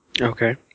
Okay